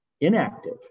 inactive